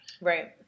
Right